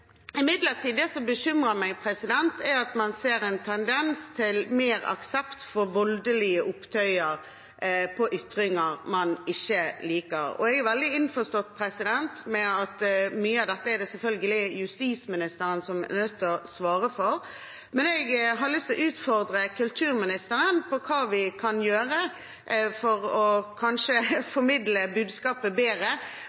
Det som imidlertid bekymrer meg, er at man ser en tendens til mer aksept av voldelige opptøyer på ytringer man ikke liker. Jeg er veldig innforstått med at mye av dette er det selvfølgelig justisministeren som er nødt til å svare for, men jeg har lyst til å utfordre kulturministeren på hva vi kan gjøre for kanskje å